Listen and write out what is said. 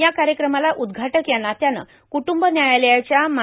या कार्यक्रमाला उद्घाटक या नात्यानं कुट्रंब न्यायालयाच्या मा